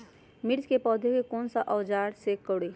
मिर्च की पौधे को कौन सा औजार से कोरे?